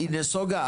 היא נסוגה,